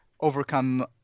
overcome